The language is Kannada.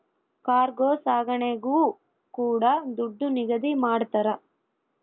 ಕಾರ್ಗೋ ಸಾಗಣೆಗೂ ಕೂಡ ದುಡ್ಡು ನಿಗದಿ ಮಾಡ್ತರ